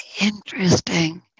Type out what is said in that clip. interesting